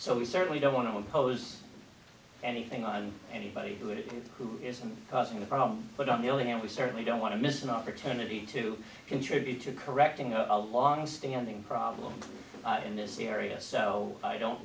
so we certainly don't want to impose anything on anybody who it is who isn't causing the problem but on the early end we certainly don't want to miss an opportunity to contribute to correcting a longstanding problem in this area so i don't